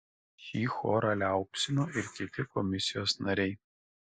šį chorą liaupsino ir kiti komisijos nariai